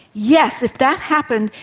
yes. if that happened,